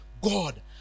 god